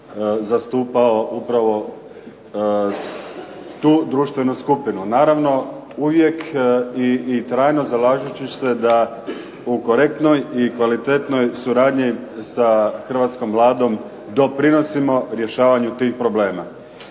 zastupao upravo tu društvenu skupinu. Naravno uvijek i trajno zalažući se da u korektnoj i kvalitetnoj suradnji sa hrvatskom Vladom doprinosimo rješavanju tih problema.